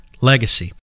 Legacy